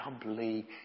doubly